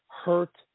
hurt